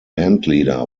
bandleader